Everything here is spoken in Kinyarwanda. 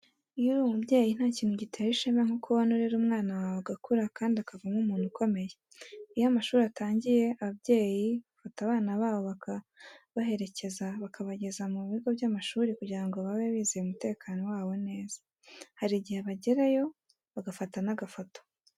Iyo uri umubyeyi nta kintu gitera ishema nko kubona urera umwana wawe agakura kandi akavamo umuntu ukomeye. Iyo amashuri atangiye ababyeyi bafata abana babo bakabaherekeza bakabageza ku bigo by'amashuri kugira ngo babe bizeye umutekano wabo neza. Hari igihe bagerayo bagafata n'agafoto.